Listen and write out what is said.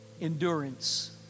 endurance